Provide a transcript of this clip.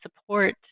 support